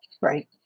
Right